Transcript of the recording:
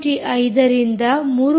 5 ರಿಂದ 3